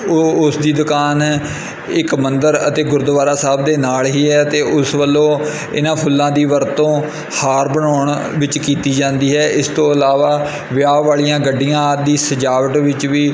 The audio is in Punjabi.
ਉਹ ਉਸ ਦੀ ਦੁਕਾਨ ਇੱਕ ਮੰਦਰ ਅਤੇ ਗੁਰਦੁਆਰਾ ਸਾਹਿਬ ਦੇ ਨਾਲ ਹੀ ਹੈ ਅਤੇ ਉਸ ਵੱਲੋਂ ਇਹਨਾਂ ਫੁੱਲਾਂ ਦੀ ਵਰਤੋਂ ਹਾਰ ਬਣਾਉਣ ਵਿੱਚ ਕੀਤੀ ਜਾਂਦੀ ਹੈ ਇਸ ਤੋਂ ਇਲਾਵਾ ਵਿਆਹ ਵਾਲੀਆਂ ਗੱਡੀਆਂ ਆਦਿ ਦੀ ਸਜਾਵਟ ਵਿੱਚ ਵੀ